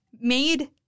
made